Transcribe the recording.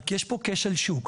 רק יש פה כשל שוק.